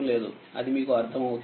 అది మీకు అర్థమవుతుంది